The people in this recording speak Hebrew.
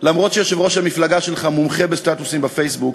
אף שיושב-ראש המפלגה שלך מומחה בסטטוסים בפייסבוק,